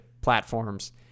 platforms